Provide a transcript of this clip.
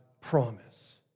promise